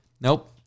nope